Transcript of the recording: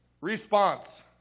response